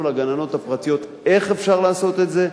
לגננות הפרטיות איך אפשר לעשות את זה.